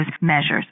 measures